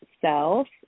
self